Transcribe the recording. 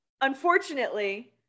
Unfortunately